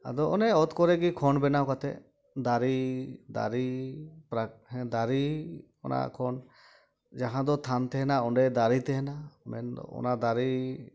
ᱟᱫᱚ ᱚᱱᱮ ᱚᱛ ᱠᱚᱨᱮᱜᱮ ᱠᱷᱚᱸᱰ ᱵᱮᱱᱟᱣ ᱠᱟᱛᱮᱫ ᱫᱟᱨᱮ ᱫᱟᱨᱮ ᱯᱨᱟᱠ ᱫᱟᱨᱮ ᱚᱱᱟ ᱠᱷᱚᱱ ᱡᱟᱦᱟᱸ ᱫᱚ ᱛᱷᱟᱱ ᱛᱟᱦᱮᱱᱟ ᱚᱸᱰᱮ ᱫᱟᱨᱮ ᱛᱟᱦᱮᱱᱟ ᱢᱮᱱᱫᱚ ᱚᱱᱟ ᱫᱟᱨᱮ